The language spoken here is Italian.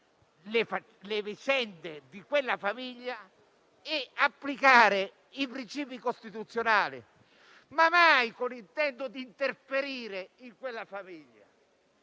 le vicende di quella famiglia e applicare i principi costituzionali, ma mai con l'intento di interferire in quella famiglia.